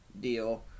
deal